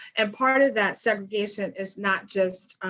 and part of that segregation is not just